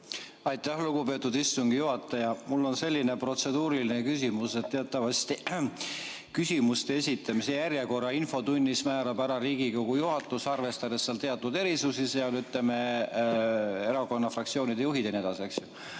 Aitäh, lugupeetud istungi juhataja! Mul on selline protseduuriline küsimus. Teatavasti küsimuste esitamise järjekorra infotunnis määrab Riigikogu juhatus, arvestades teatud erisusi, ütleme, fraktsioonide juhid ja